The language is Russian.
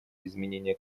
изменения